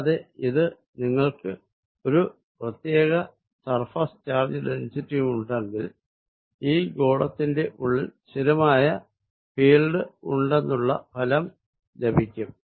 കൂടാതെ ഇത് നിങ്ങൾക്ക് ഒരു പ്രത്യേക സർഫേസ് ചാർജ് ഡെന്സിറ്റി ഉണ്ടെന്കിൽ ഈ ഗോളത്തിൽ ഉള്ളിൽ ഒരു സ്ഥിരമായ ഫീൽഡ് ഉണ്ടെന്ന ഫലം ലഭിക്കും